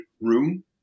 room